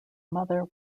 mother